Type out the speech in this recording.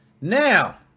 now